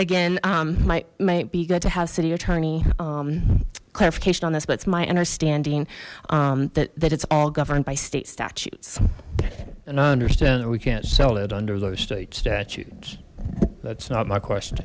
again might might be good to have city attorney clarification on this but it's my understanding that it's all governed by state statutes and i understand that we can't sell it under those state statutes that's not my question